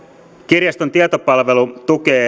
kirjaston tietopalvelu